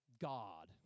God